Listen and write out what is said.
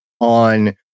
on